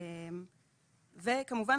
וכמובן,